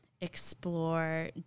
explore